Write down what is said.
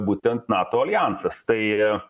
būtent nato aljansas tai